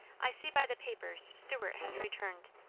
i see by the papers stewart has returned.